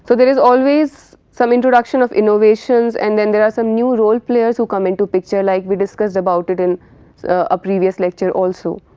so there is always some introduction of innovations and then there are some new role players who come into picture like we discussed about it in a previous lecture also.